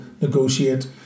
negotiate